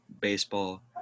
baseball